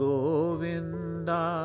Govinda